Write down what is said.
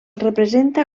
representa